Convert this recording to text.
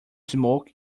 smoke